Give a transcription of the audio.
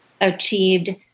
achieved